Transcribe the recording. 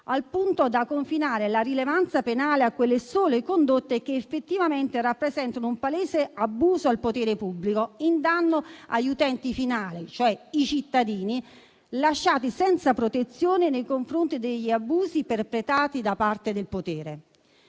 al punto da confinare la rilevanza penale alle sole condotte che effettivamente rappresentano un palese abuso del potere pubblico, in danno agli utenti finali, cioè i cittadini, lasciati senza protezione nei confronti degli abusi perpetrati da parte del potere.